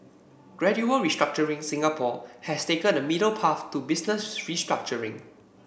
gradual restructuring Singapore has taken a middle path to business restructuring